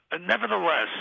Nevertheless